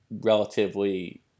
relatively –